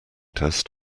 test